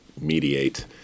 mediate